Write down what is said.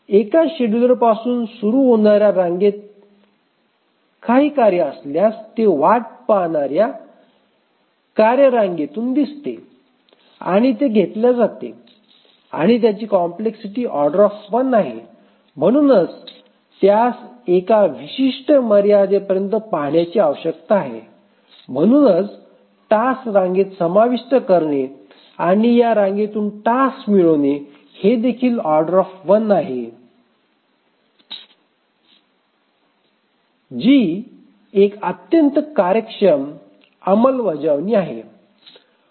एका शेड्युलरपासून सुरू होणार्या रांगेत काही कार्य असल्यास ते वाट पाहणाऱ्या एखाद्या कार्ये रांगेतून दिसते आणि ते घेतल्या जाते आणि त्याची कॉम्प्लेक्सिटी O आहे आणि म्हणूनच त्यास एका विशिष्ट मर्यादेपर्यंत पाहण्याची आवश्यकता आहे आणि म्हणूनच टास्क रांगेत समाविष्ट करणे आणि या रांगेतून टास्क मिळवणे हे देखील O आहेत जी एक अत्यंत कार्यक्षम अंमलबजावणी आहे